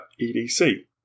EDC